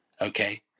Okay